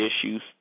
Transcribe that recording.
issues